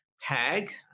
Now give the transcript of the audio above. Tag